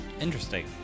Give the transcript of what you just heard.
Interesting